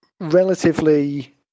relatively